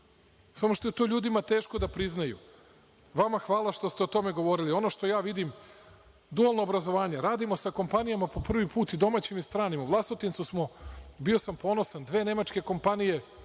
Samo što je ljudima teško da priznaju. Vama hvala što ste o tome govorili. Ono što ja vidim, dualno obrazovanje, radimo sa kompanijama po prvi put, domaćim i stranim. U Vlasotincu, bio sam ponosan, dve nemačke kompanije